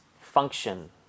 function